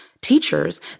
teachers